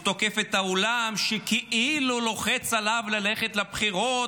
הוא תוקף את העולם שכאילו לוחץ עליו ללכת לבחירות